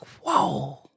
whoa